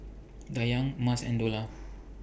Dayang Mas and Dollah